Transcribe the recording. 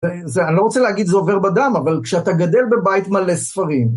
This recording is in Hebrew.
זה, אני לא רוצה להגיד זה עובר בדם, אבל כשאתה גדל בבית מלא ספרים